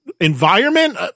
environment